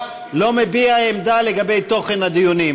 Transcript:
מביע עמדה לגבי תוכן הדיונים,